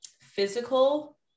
physical